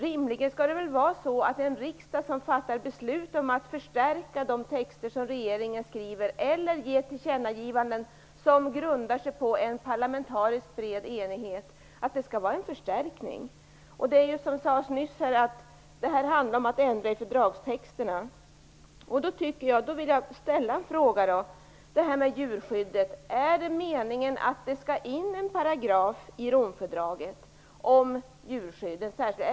Om riksdagen fattar beslut om att förstärka de texter som regeringen skriver eller att ge tillkännagivanden som grundar sig på en bred parlamentarisk enighet så måste det rimligtvis vara en förstärkning. Som det sades nyss handlar det om att ändra i fördragstexterna. Då vill jag ställa en fråga. Är det meningen att det skall in en paragraf om djurskyddet i Romfördraget?